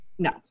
No